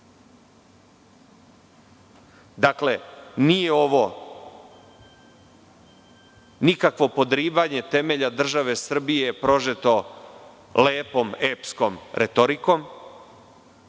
nije ovo nikakvo podrivanje temelja države Srbije prožeto lepom epskom retorikom,